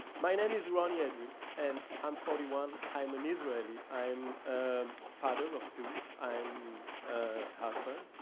my name is ronny edry, and i'm forty one, i'm an israeli, i'm a father of two, i'm a husband,